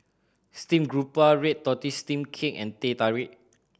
steamed garoupa red tortoise steamed cake and Teh Tarik